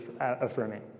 affirming